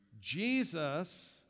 Jesus